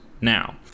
Now